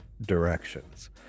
directions